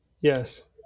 Yes